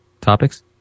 topics